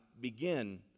begin